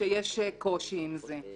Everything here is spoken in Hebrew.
שיש קושי עם זה.